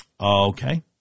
okay